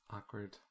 Awkward